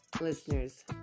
listeners